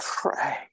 pray